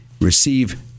receive